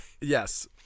Yes